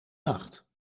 nacht